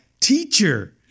teacher